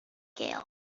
gale